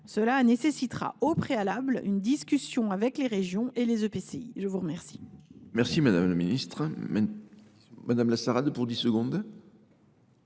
cela nécessitera, au préalable, une discussion avec les régions et les EPCI. La parole